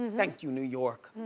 thank you, new york,